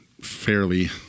fairly